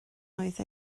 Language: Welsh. oedd